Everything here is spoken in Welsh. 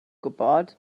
gwybod